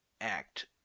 act